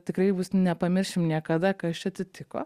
tikrai bus nepamiršim niekada kas čia atsitiko